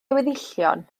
weddillion